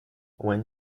when